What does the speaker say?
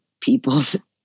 people's